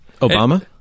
Obama